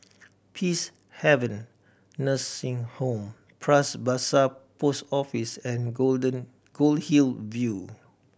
Peacehaven Nursing Home Pras Basah Post Office and Golden Goldhill View